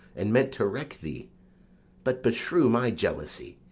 and meant to wreck thee but beshrew my jealousy!